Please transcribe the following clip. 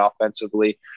offensively